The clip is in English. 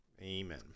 Amen